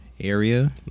area